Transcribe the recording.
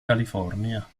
california